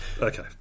okay